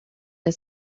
der